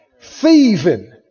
thieving